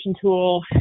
tool